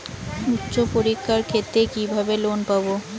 উচ্চশিক্ষার ক্ষেত্রে কিভাবে লোন পাব?